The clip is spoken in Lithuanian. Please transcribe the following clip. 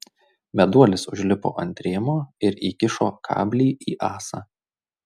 meduolis užlipo ant rėmo ir įkišo kablį į ąsą